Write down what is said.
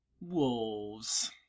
wolves